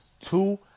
Two